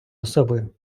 особою